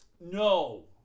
No